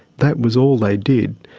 that was all they did.